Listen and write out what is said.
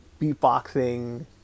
beatboxing